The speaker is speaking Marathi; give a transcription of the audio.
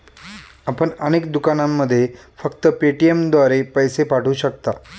आपण अनेक दुकानांमध्ये फक्त पेटीएमद्वारे पैसे पाठवू शकता